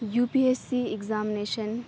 U P S C examination